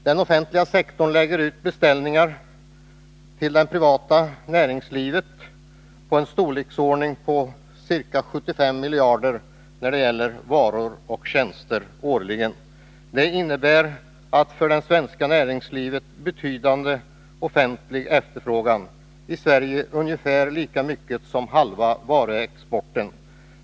Den offentliga sektorn lägger ut beställningar till det privata näringslivet på ca 70 miljarder kronor årligen när det gäller varor och tjänster. Det innebär att den offentliga efterfrågan i Sverige för det svenska näringslivet betyder ungefär lika mycket som halva varuexporten.